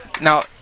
Now